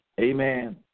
Amen